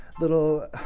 little